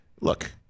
Look